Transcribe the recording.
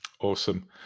Awesome